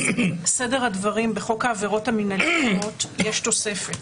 סדר הדברים, בחוק העבירות המינהליות יש תוספת.